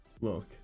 Look